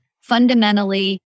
fundamentally